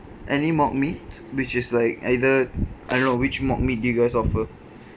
any mock meat which is like either I don't know which mock meat do you guys offer